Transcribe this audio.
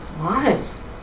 lives